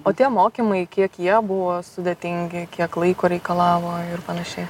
o tie mokymai kiek jie buvo sudėtingi kiek laiko reikalavo ir panaši